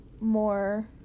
more